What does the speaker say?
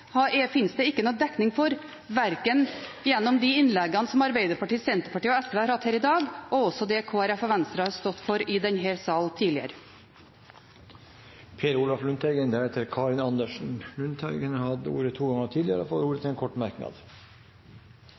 det ikke noen dekning for, verken gjennom de innleggene som Arbeiderpartiet, Senterpartiet og SV har hatt her i dag, eller det som Kristelig Folkeparti og Venstre har stått for i denne sal tidligere. Representanten Per Olaf Lundteigen har hatt ordet to ganger tidligere og får ordet til en kort merknad,